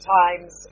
times